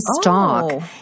Stock